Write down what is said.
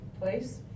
place